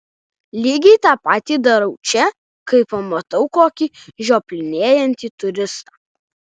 lygiai tą patį darau čia kai pamatau kokį žioplinėjantį turistą